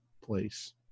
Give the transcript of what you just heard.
place